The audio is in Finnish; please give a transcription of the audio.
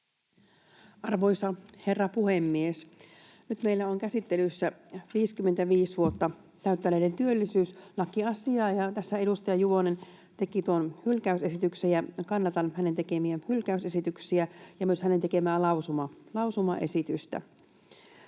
Arvoisa herra puhemies! Nyt meillä on käsittelyssä 55 vuotta täyttäneiden työllisyyslakiasia, ja tässä edustaja Juvonen teki tuon hylkäysesityksen. Kannatan hänen tekemiä hylkäysesityksiä ja myös hänen tekemää lausumaesitystä.